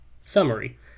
Summary